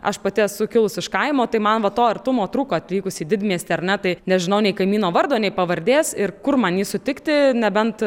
aš pati esu kilus iš kaimo tai man va to artumo trūko atvykus į didmiestį ar ne tai nežinau nei kaimyno vardo nei pavardės ir kur man jį sutikti nebent